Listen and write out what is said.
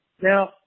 Now